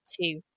two